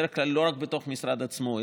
בדרך כלל לא רק מתוך משרד עצמו,